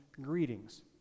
greetings